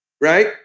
right